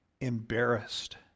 embarrassed